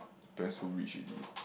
your parent so rich already eh